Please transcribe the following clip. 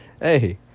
Hey